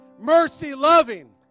mercy-loving